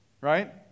right